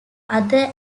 other